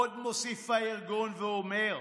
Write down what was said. עוד מוסיף הארגון ואומר: